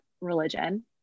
religion